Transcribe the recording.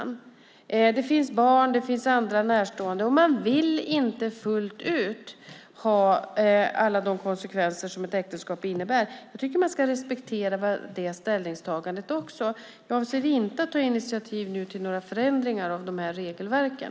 Det finns barn och andra närstående och man vill kanske inte fullt ut ha alla de konsekvenser som ett äktenskap innebär. Jag tycker att man ska respektera det ställningstagandet också. Jag avser inte att nu ta initiativ till några förändringar av regelverken.